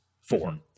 four